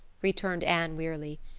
returned anne wearily,